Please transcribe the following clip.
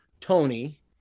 Tony